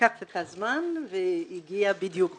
לקח את הזמן והגיע בדיוק בזמן.